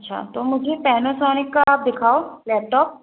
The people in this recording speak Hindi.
अच्छा तो मुझे पैनासॉनिक का आप दिखाओ लैपटॉप